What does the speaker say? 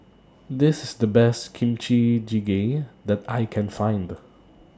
This IS The Best Kimchi Jjigae that I Can Find